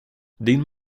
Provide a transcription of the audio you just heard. din